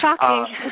shocking